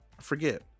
Forget